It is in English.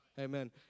Amen